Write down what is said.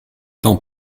tant